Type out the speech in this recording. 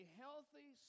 healthy